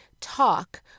talk